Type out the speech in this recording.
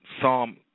Psalm